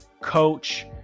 coach